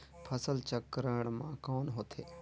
फसल चक्रण मा कौन होथे?